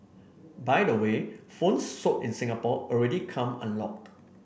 by the way phones sold in Singapore already come unlocked